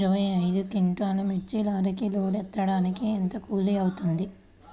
ఇరవై ఐదు క్వింటాల్లు మిర్చి లారీకి లోడ్ ఎత్తడానికి ఎంత కూలి అవుతుంది?